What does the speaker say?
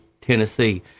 Tennessee